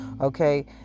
Okay